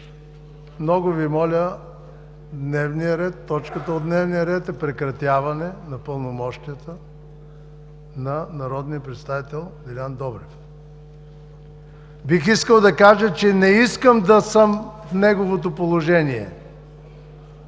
Много Ви моля, точката от дневния ред е „прекратяване на пълномощията на народния представител Делян Добрев“. Бих искал да кажа, че не искам да съм в неговото положение!